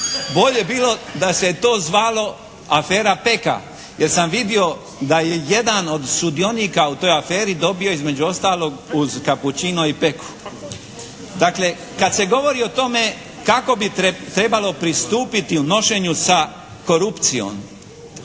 Bolje bi bilo da se to zvalo "Afera Peka" jer sam vidio da je jedan od sudionika u toj aferi dobio između ostalog uz "capuccino" i peku. Dakle kad se govori o tome kako bi trebalo pristupiti u nošenju za sa korupcijom